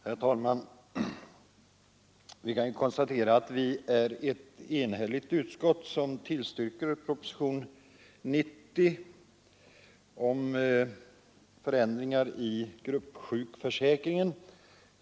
Herr talman! Vi kan konstatera att det är ett enhälligt utskott som tillstyrker propositionen 90 angående ändringar i gruppsjuk försäkringen.